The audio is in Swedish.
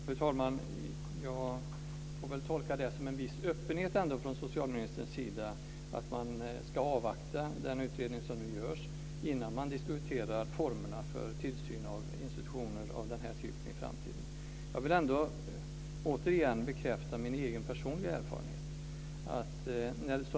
Fru talman! Jag får tolka det som en viss öppenhet från socialministerns sida att man ska avvakta den utredning som nu görs innan man diskuterar formerna för tillsyn av institutioner av den här typen i framtiden. Jag vill ändå återigen bekräfta min egen personliga erfarenhet.